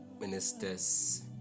ministers